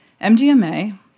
MDMA